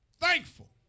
Thankful